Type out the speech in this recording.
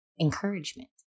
encouragement